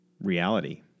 reality